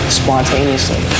spontaneously